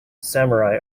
samurai